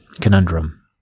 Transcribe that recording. conundrum